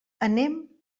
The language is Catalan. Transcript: anem